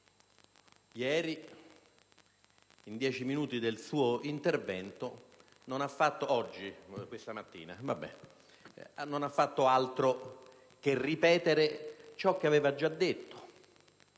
in dieci minuti di intervento, non ha fatto altro che ripetere ciò che aveva già detto